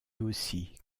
aussi